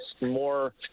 more –